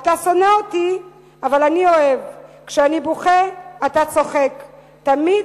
"אתה שונא אותי אבל אני אוהב / כשאני בוכה / אתה צוחק תמיד